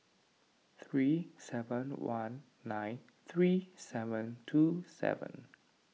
three seven one nine three seven two seven